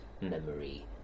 memory